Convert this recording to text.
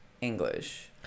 English